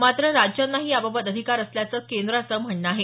मात्र राज्यांनाही याबाबत अधिकार असल्याचं केंद्राचं म्हणणं आहे